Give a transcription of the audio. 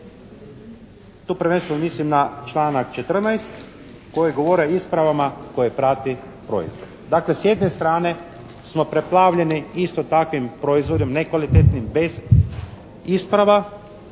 Tu prvenstveno mislim na članak 14. koji govori o ispravama koje prati proizvod. Dakle s jedne strane smo preplavljeni isto takvim proizvodom nekvalitetnim bez isprava,